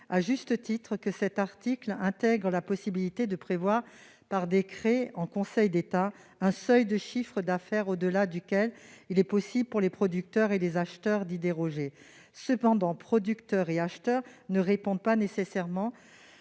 à juste titre que cet article intègre la possibilité de prévoir, par un décret en Conseil d'État, un seuil de chiffre d'affaires en dessous duquel les producteurs et les acheteurs peuvent y déroger. Cependant, producteurs et acheteurs ne répondent pas nécessairement